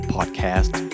Podcast